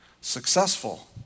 successful